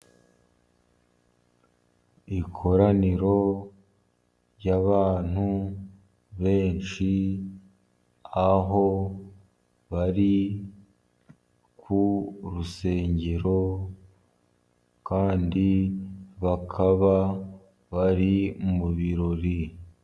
Ikoraniro ry'abantu benshi, aho bari ku rusengero kandi bakaba bari mu birori.